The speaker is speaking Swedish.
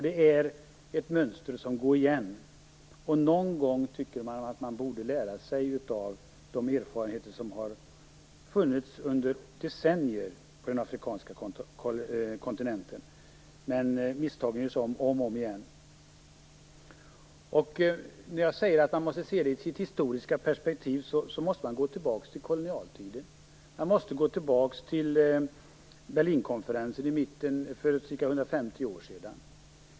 Detta är ett mönster som går igen. Någon gång tycker man att man borde lära sig av de erfarenheter som gjorts under decennier på den afrikanska kontinenten. Men misstagen upprepas, om och om igen. Man måste se detta i sitt historiska perspektiv. Man måste gå tillbaka till kolonialtiden och till Berlinkonferensen för ca 150 år sedan.